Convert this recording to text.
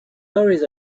always